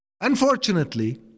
Unfortunately